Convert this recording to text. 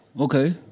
Okay